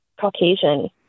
Caucasian